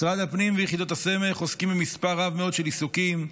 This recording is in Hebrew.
משרד הפנים ויחידות הסמך עוסקים במספר רב מאוד של עיסוקים.